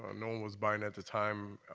ah no one was buying at the time.